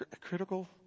critical